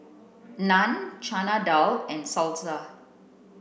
Naan Chana Dal and Salsa